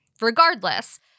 Regardless